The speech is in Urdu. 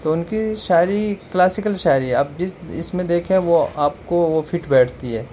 تو ان کی شاعری کلاسیکل شاعری ہے آپ جس اس میں دیکھیں وہ آپ کو وہ فٹ بیٹھتی ہے